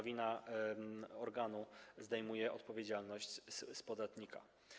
Wina organu zdejmuje odpowiedzialność z podatnika.